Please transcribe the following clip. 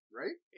right